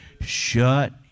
Shut